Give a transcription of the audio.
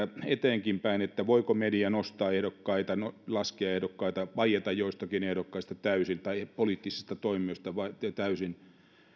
eteenkinpäin että voiko media nostaa ehdokkaita laskea ehdokkaita vaieta joistakin ehdokkaista tai poliittisista toimijoista täysin